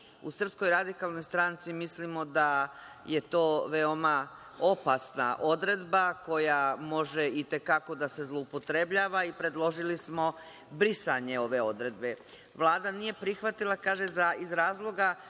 druga imovina. Mi, u SRS, mislimo da je to veoma opasna odredba koja može i te kako da se zloupotrebljava. Predložili smo brisanje ove odredbe. Vlada nije prihvatila, kaže iz razloga